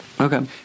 okay